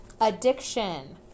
addiction